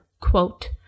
quote